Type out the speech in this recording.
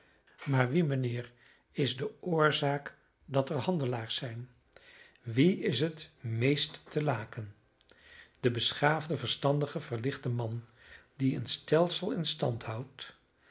maar wie mijnheer is de oorzaak dat er handelaars zijn wie is het meest te laken de beschaafde verstandige verlichte man die een stelsel in stand houdt